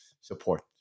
support